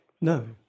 No